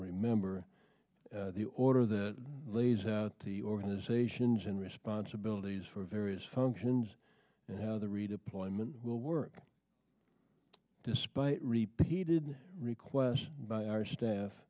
remember the order that lays out the organizations and responsibilities for various functions and how the redeployment will work despite repeated requests by our staff